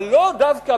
אבל לא בכיוון